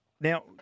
Now